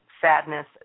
sadness